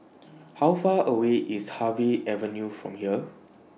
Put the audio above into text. How Far away IS Harvey Avenue from here